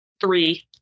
Three